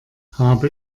habe